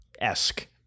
esque